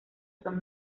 son